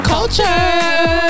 Culture